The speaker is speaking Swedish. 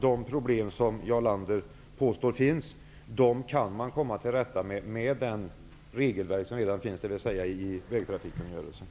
De problem som Jarl Lander påstår finns, kan man komma till rätta med genom det regelverk som redan finns, dvs. vägtrafikkungörelsen.